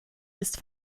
ist